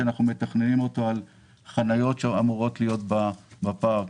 שאנחנו מתכננים אותו על חניות שאמורות להיות בפארק,